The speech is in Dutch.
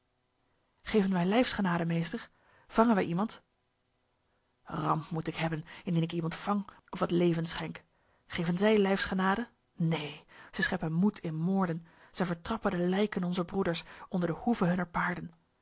wij lijfsgenade meester vangen wij iemand ramp moet ik hebben indien ik iemand vang of het leven schenk geven zij lijfsgenade neen zij scheppen moed in moorden zij vertrappen de lijken onzer broeders onder de hoeven hunner paarden